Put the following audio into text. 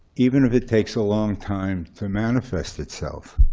even if it takes a long time to manifest itself.